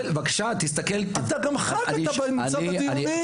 אתה גם ח״כ, אתה נמצא בדיונים.